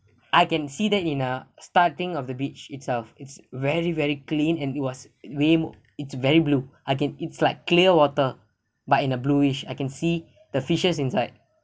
I can see the it in a starting of the beach itself it's very very clean and it was way more it's very blue I can it's like clear water but in a bluish I can see the fishes inside